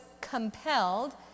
compelled